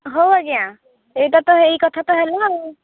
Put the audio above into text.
ହଉ ଆଜ୍ଞା ଏଇଟା ତ ଏଇ କଥା ତ ହେଲା